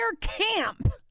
camp